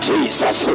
Jesus